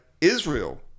Israel